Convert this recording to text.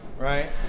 Right